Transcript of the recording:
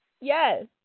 Yes